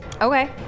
Okay